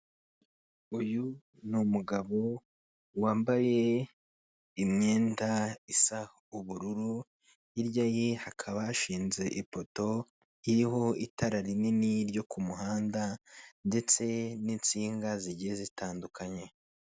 Uyu ni umugabo wambaye imyenda isa ubururu, hirya ye hakaba hashinze ipoto ririho itara rinini ryo ku muhanda ndetse n'insinga zigiye zitandukanye.